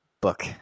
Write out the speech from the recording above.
book